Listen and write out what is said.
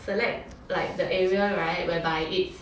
select like the area [right] whereby it's